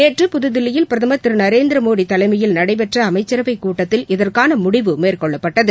நேற்று புதுதில்லியில் பிரதமர் திருநரேந்திரமோடிதலைமையில் நடைபெற்றஅமைச்சரவைக்கூட்டத்தில் இதற்கானமுடிவு மேற்கொள்ளப்பட்டது